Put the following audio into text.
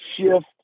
shift